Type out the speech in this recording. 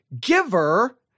giver